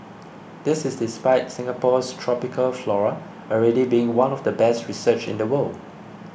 this is despite Singapore's tropical flora already being one of the best researched in the world